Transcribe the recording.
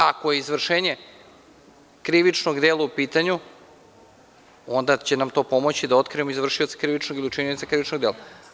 Ako je izvršenje krivičnog dela u pitanju, onda će nam to pomoći da otkrijemo izvršioca ili učinioca krivičnog dela.